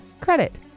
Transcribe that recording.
credit